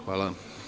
Hvala.